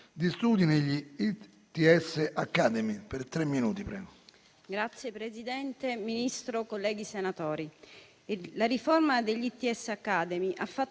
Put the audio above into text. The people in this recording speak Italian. di studi negli "ITS Academy"